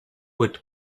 with